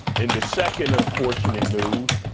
in the second unfortunate news,